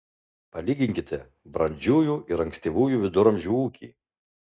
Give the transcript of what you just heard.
palyginkite brandžiųjų ir ankstyvųjų viduramžių ūkį